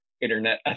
internet